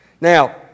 Now